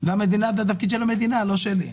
זה תפקיד של המדינה, לא שלי.